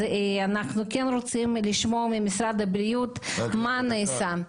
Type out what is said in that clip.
אנחנו כן רוצים לשמוע ממשרד הבריאות מה נעשה.